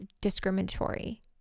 discriminatory